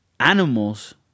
Animals